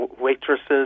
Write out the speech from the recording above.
waitresses